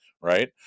right